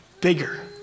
bigger